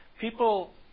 people